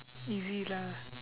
easy lah